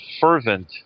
fervent